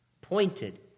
pointed